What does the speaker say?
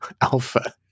alpha